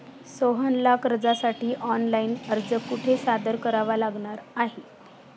सोहनला कर्जासाठी ऑनलाइन अर्ज कुठे सादर करावा लागणार आहे?